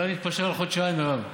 אולי נתפשר על חודשיים, מרב?